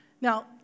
Now